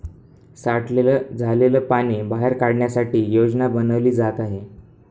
साठलेलं झालेल पाणी बाहेर काढण्यासाठी योजना बनवली जात आहे